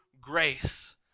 grace